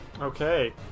Okay